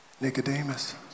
Nicodemus